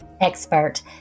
expert